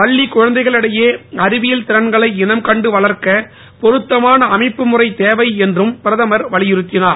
பள்ளிக் குழந்தைகள் இடையே அறிவியல் திறன்களை இனம் கண்டு வளர்க்க பொருத்தமான அமைப்பு முறை தேவை என்றும் பிரதமர் வலியுறுத்தினார்